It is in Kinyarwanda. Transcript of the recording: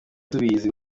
tubizi